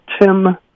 Tim